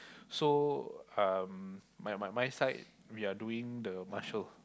so um my my my side we are doing the marshal